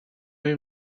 jej